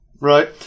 Right